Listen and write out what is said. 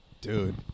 Dude